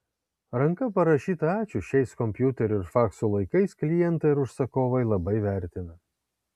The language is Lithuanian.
ranka parašytą ačiū šiais kompiuterių ir faksų laikais klientai ir užsakovai labai vertina